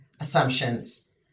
assumptions